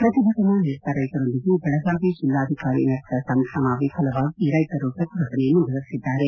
ಪ್ರತಿಭಟನಾ ನಿರತ ರೈತರೊಂದಿಗೆ ದೆಳಗಾವಿ ಜಿಲ್ಲಾಧಿಕಾರಿ ನಡೆಸಿದ ಸಂಧಾನ ವಿಫಲವಾಗಿ ರೈತರು ಶ್ರತಿಭಟನೆ ಮುಂದುವರೆಸಿದ್ದಾರೆ